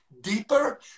deeper